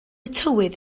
tywydd